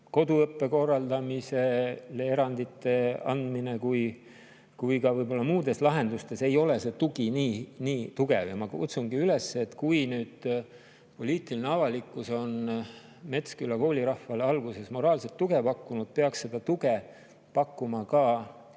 koduõppe korraldamise erandite andmisel kui ka muudes lahendustes ei ole see tugi nii tugev. Ma kutsungi üles, et kui poliitiline avalikkus pakkus Metsküla kooli rahvale alguses moraalset tuge, siis peaks seda tuge pakkuma ka